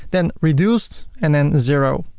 then reduced and then zero.